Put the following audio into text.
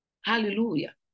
Hallelujah